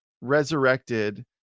resurrected